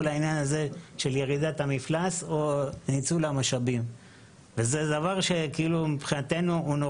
מירידת המפלס עקב ניצול המשאבים וזה דבר שהוא נוראי.